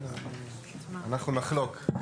אנחנו נחלוק.